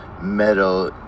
metal